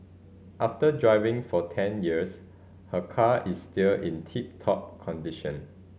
after driving for ten years her car is still in tip top condition